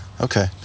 Okay